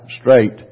straight